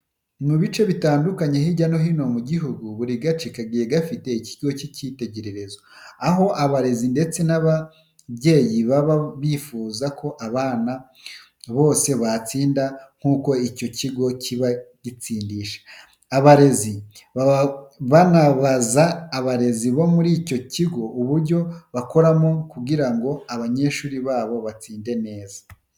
Mu bice bitandukanye hirya no hino mu gihugu, buri gace kagiye gafite ikigo cy'ishuri cy'ikitegererezo aho abarezi ndetse n'ababyeyi baba bifuza ko abana bose batsinda nk'uko icyo kigo kiba gitsindisha. Abarezi baba banabaza abarezi bo muri icyo kigo uburyo bakoramo kugira ngo abanyeshuri babo batsinde neza.